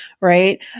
Right